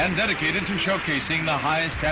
and dedicated to showcasing the highest yeah